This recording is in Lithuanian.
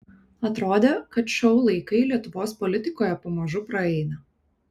atrodė kad šou laikai lietuvos politikoje pamažu praeina